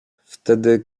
wtedy